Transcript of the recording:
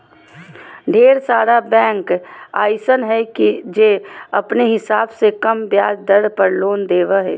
ढेर सारा बैंक अइसन हय जे अपने हिसाब से कम ब्याज दर पर लोन देबो हय